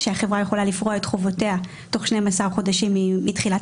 כשהחברה יכולה לפרוע את חובותיה תוך 12 חודשים מתחילת